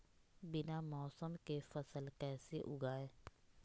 बिना मौसम के फसल कैसे उगाएं?